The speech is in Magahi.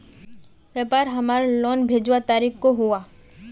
व्यापार हमार लोन भेजुआ तारीख को हुआ?